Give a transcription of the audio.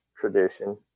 tradition